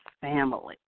family